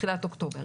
בתחילת אוקטובר.